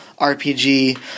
RPG